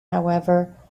however